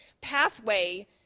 pathway